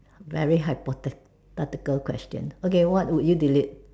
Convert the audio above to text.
very hypothetical question okay what would you delete